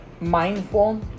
mindful